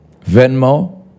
Venmo